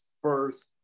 first